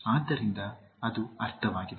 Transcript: ಆದ್ದರಿಂದ ಅದು ಅರ್ಥವಾಗಿದೆ